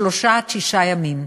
שלושה עד שישה ימים.